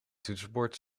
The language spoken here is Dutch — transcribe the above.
toetsenbord